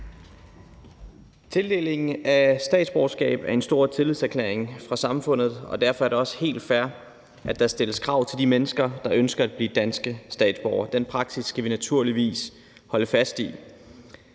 Tildelingen af statsborgerskab er en stor tillidserklæring fra samfundet, og derfor er det også helt fair, at der stilles krav til de mennesker, der ønsker at blive danske statsborgere. Den praksis skal vi naturligvis holde fast i.